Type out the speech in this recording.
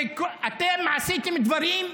אתם עשיתם דברים,